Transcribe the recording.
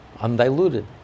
undiluted